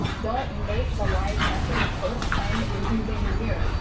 don't make the live session the first time that you're using zoom,